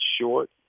short